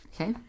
Okay